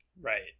Right